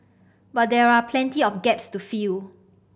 but there are plenty of gaps to fill